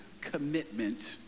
commitment